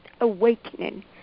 awakening